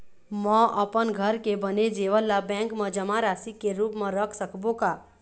म अपन घर के बने जेवर ला बैंक म जमा राशि के रूप म रख सकबो का?